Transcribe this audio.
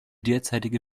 derzeitige